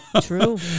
true